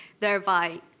thereby